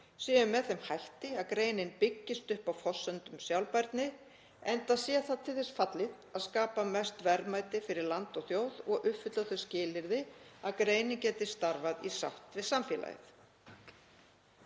séu með þeim hætti að greinin byggist upp á forsendum sjálfbærni enda sé það til þess fallið að skapa mest verðmæti fyrir land og þjóð og uppfylla þau skilyrði að greinin geti starfað í sátt við samfélagið.“